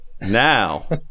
Now